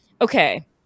okay